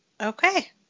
Okay